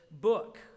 book